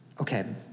Okay